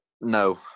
no